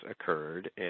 occurred